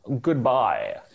Goodbye